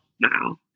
now